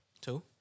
Two